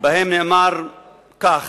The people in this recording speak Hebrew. ובהם נאמר כך: